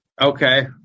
Okay